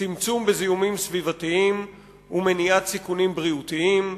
צמצום בזיהומים סביבתיים ומניעת סיכונים בריאותיים,